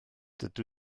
dydw